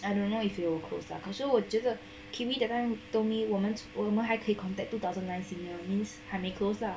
I don't know if it will close lah but 可是我觉得 kiwi that time told me 我们我们还可以 contact two thousand nine seniors means 还没 close lah